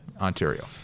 Ontario